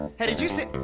hey, did you see. oh,